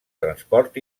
transport